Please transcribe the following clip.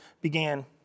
began